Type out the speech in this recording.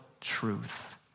truth